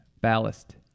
ballast